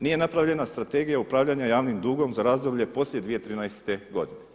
Nije napravljena Strategija upravljanja javnim dugom za razdoblje poslije 2013. godine.